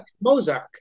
Mozart